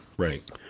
Right